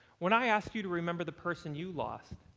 when i asked you to remember the person you lost,